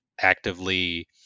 actively